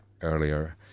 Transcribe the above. earlier